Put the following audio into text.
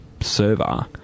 server